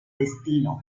destino